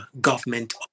government